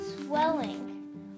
swelling